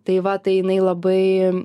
tai va tai jinai labai